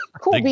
Cool